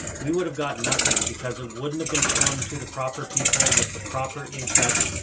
we would've gotten nothing because it wouldn't have been shown to the proper people with the proper interest.